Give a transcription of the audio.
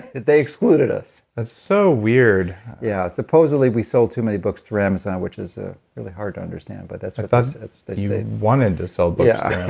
they excluded us that's so weird yeah. supposedly we sold too many books through amazon, which is ah really hard to understand, but that's what they you wanted to sell but yeah